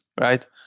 right